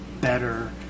better